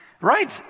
right